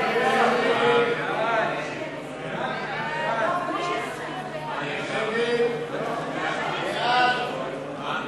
ההסתייגויות של חבר הכנסת אמנון